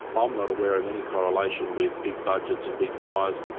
um not aware of any correlation with big budgets and big fires.